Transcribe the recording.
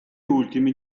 ultimi